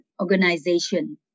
organization